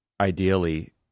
ideally